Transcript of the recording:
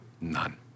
None